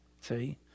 See